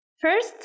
First